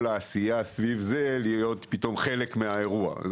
העשייה סביב זה להיות פתאום חלק מהאירוע.